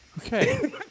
Okay